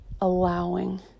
allowing